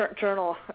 Journal